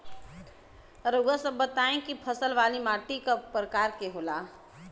रउआ सब बताई कि फसल वाली माटी क प्रकार के होला?